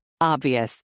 Obvious